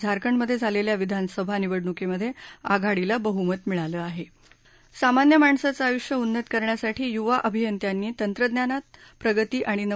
झारखंडमधे झालेल्या विधानसभा निवडणुकीमधे आघाडीला बहूमत मिळालं आहेण ढझढझढझ सामान्य माणसांचं आयुष्य उन्नत करण्यासाठी युवा अभियंत्यांनी तंत्रज्ञानात प्रगती आणि नव